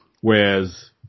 whereas